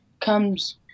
comes